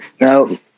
no